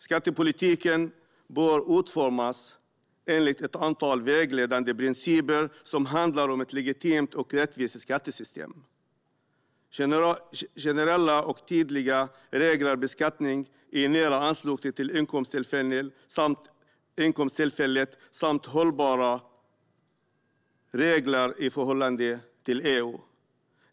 Skattepolitiken bör utformas enligt ett antal vägledande principer som handlar om ett legitimt och rättvist skattesystem, generella och tydliga regler, beskattning i nära anslutning till inkomsttillfället samt hållbara regler i förhållande till EU.